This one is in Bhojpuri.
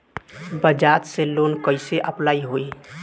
बज़ाज़ से लोन कइसे अप्लाई होई?